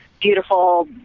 beautiful